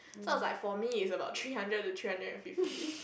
so I was like for me is about three hundred to three hundred fifty